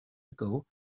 ago